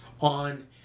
on